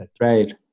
Right